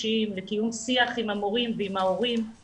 על יישום חוק האומנה ובעיקר על ההבנה